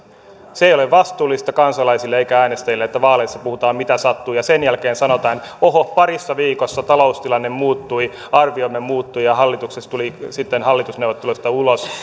se ei ole vastuullista kansalaisille eikä äänestäjille että vaaleissa puhutaan mitä sattuu ja sen jälkeen sanotaan että oho parissa viikossa taloustilanne muuttui arviomme muuttui ja hallitus tuli sitten hallitusneuvotteluista ulos